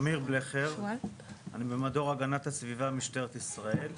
אמיר בלכר, אני במדור הגנת הסביבה משטרת ישראל.